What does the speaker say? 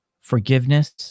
forgiveness